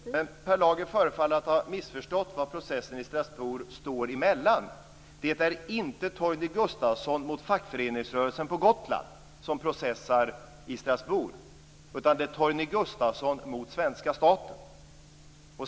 Fru talman! Per Lager förefaller att ha missförstått vilka processen i Strasbourg står mellan. Det är inte Gustafsson mot svenska staten.